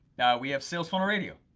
we have sales funnel radio.